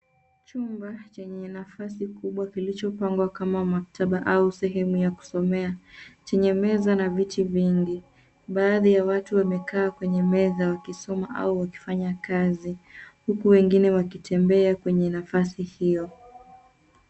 Chumba chenye nafasi kubwa kilichopangwa kama maktaba au sehemu ya kusomea ,chenye meza na viti vingi baadhi ya watu wamekaa kwenye meza wakisoma au wakifanya kazi ,huku wengine wakitembea kwenye nafasi hiyo.